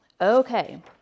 Okay